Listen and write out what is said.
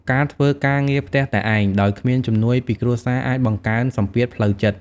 ការធ្វើការងារផ្ទះតែឯង ដោយគ្មានជំនួយពីគ្រួសារអាចបង្កើនសំពាធផ្លូវចិត្ត។